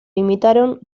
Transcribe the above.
imitaron